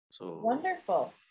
Wonderful